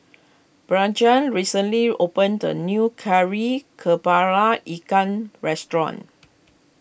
Blanchie recently opened a new Kari Kepala Ikan restaurant